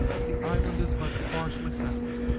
the island is but sparsely settled,